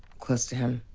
close to him,